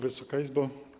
Wysoka Izbo!